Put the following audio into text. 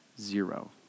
zero